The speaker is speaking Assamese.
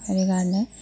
হেৰি কাৰণে